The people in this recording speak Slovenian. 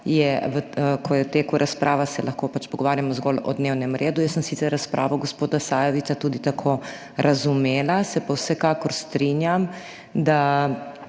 ko je v teku razprava, se lahko pač pogovarjamo zgolj o dnevnem redu. Jaz sem sicer razpravo gospoda Sajovica tudi tako razumela, se pa vsekakor strinjam, da